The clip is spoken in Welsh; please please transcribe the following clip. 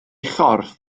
chorff